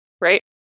right